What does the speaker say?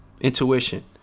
Intuition